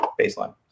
baseline